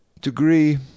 degree